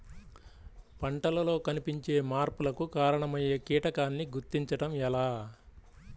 పంటలలో కనిపించే మార్పులకు కారణమయ్యే కీటకాన్ని గుర్తుంచటం ఎలా?